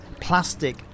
plastic